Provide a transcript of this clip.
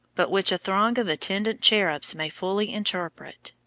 but which a throng of attendant cherubs may fully interpret.